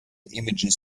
images